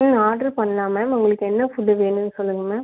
ம் ஆர்டரு பண்ணலாம் மேம் உங்களுக்கு என்ன ஃபுட்டு வேணுன்னு சொல்லுங்க மேம்